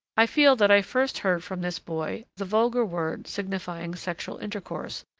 i feel that i first heard from this boy the vulgar word signifying sexual intercourse,